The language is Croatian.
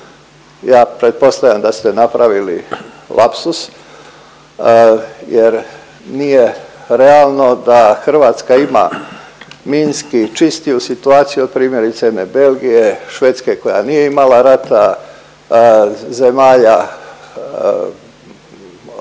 Ja pretpostavljam da se napravili lapsus jer nije realno da Hrvatska ima minski čistiju situaciju od primjerice jedne Belgije, Švedske koja nije imala rata, zemalja ovog